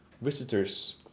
visitors